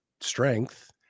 strength